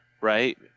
Right